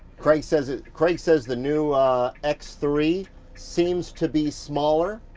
craig says craig says the new x three seems to be smaller.